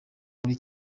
muri